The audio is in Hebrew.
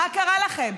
מה קרה לכם?